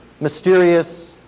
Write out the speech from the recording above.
Mysterious